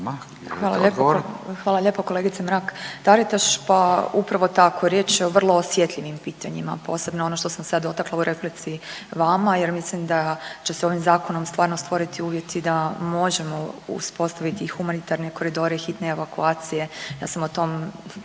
Hvala lijepo kolegice Mrak Taritaš, pa upravo tako riječ je o vrlo osjetljivim pitanjima. Posebno ono što sam se ja dotakla prema replici prema vama jer mislim da će se ovim zakonom stvarno stvoriti uvjeti da možemo uspostaviti i humanitarne koridore i hitne evakuacije. Ja sam o tom